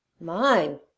Mine